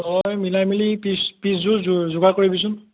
তই মিলাই মেলি পিচ পিচযোৰ যো যোগাৰ কৰিবিচোন